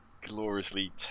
gloriously